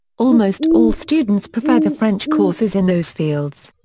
almost all students prefer the french courses in those fields.